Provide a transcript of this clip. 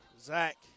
Zach